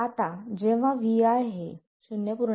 आता जेव्हा vi हे 0